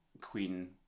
Queen